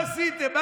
מה עשיתם?